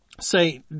say